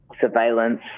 surveillance